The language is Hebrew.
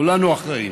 כולנו אחראים.